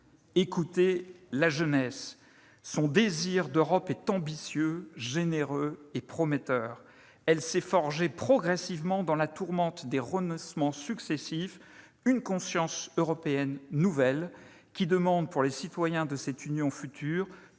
Écoutez la jeunesse. Son désir d'Europe est ambitieux, généreux et prometteur. Elle s'est forgée progressivement, dans la tourmente des renoncements successifs, une conscience européenne nouvelle qui demande, pour les citoyens de cette Union future,